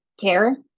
care